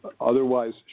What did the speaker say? Otherwise